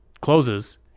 closes